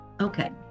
Okay